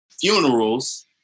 funerals